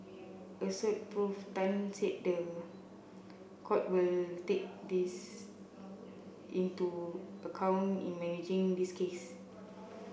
Assoc Prof Tan said the court will take this into account in managing this case